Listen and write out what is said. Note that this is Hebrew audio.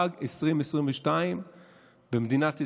באג 2022 במדינת ישראל,